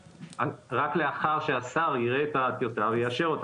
רק לאחר שהשר יראה את הטיוטה והוא יאשר אותה.